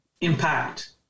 impact